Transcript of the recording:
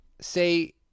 say-